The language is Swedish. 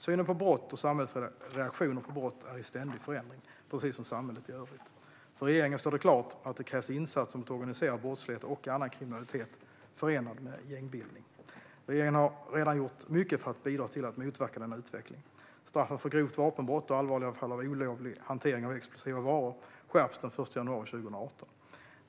Synen på brott och samhällets reaktioner på brott är i ständig förändring, precis som samhället i övrigt. För regeringen står det klart att det krävs insatser mot organiserad brottslighet och annan kriminalitet förenad med gängbildning. Regeringen har redan gjort mycket för att bidra till att motverka denna utveckling. Straffen för grovt vapenbrott och allvarliga fall av olovlig hantering av explosiva varor skärps den 1 januari 2018.